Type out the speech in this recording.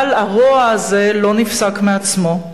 אבל הרוע הזה לא נפסק מעצמו.